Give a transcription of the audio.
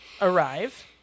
arrive